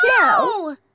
No